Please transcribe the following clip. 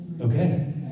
Okay